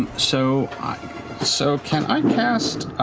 so so, can i cast.